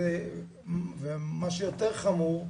ומה שיותר חמור,